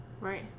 right